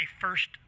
first